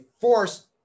force